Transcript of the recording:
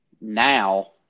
now